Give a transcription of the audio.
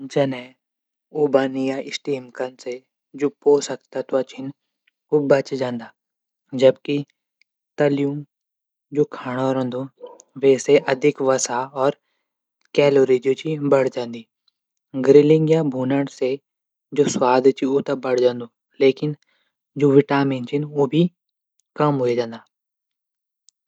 जनै उबने या स्टीम कन से जू पोषक तत्व छन उ बची जांदा। जबकि तल्यों जू खाणू रैंदो वे से अधिक वसा कैलोरी जू च बढी जांदी। गरलिंग या भुनण से जू स्वाद च ऊ बढी जांदू। लेकिन जू विटामिन छन उ भी कम ह्वे जांदा।